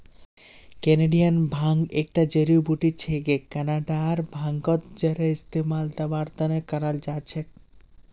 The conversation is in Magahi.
कैनेडियन भांग एकता जड़ी बूटी छिके कनाडार भांगत जरेर इस्तमाल दवार त न कराल जा छेक